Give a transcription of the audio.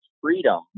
freedom